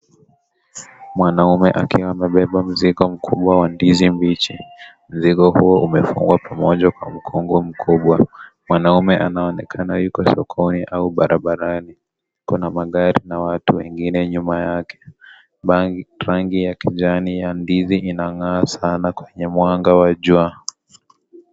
Mwanaume akiwa amebeba mzigo, mkubwa wa ndizi mbichi. Ndizi hizo zimefungwa pamoja kwa mkungu mkubwa. Mwanaume anaonekana yuko sokoni au barabarani. Kuna magari na watu wengine nyuma yake. Bangi, bangi ya kijani ya ndizi inang'aa sana kwenye mwanga wa jua.